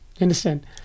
understand